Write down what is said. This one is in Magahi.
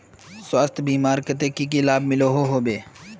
स्वास्थ्य बीमार की की लाभ मिलोहो होबे?